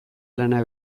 lana